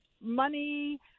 money